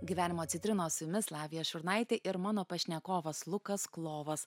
gyvenimo citrinos su jumis lavija šurnaitė ir mano pašnekovas lukas klovas